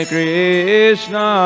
Krishna